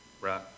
right